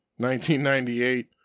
1998